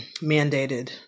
mandated